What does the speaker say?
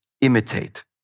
imitate